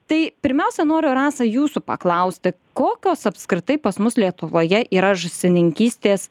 tai pirmiausia noriu rasa jūsų paklausti kokios apskritai pas mus lietuvoje yra žąsininkystės